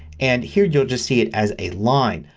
and here you'll just see it as a line.